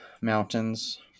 Mountains